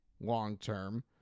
long-term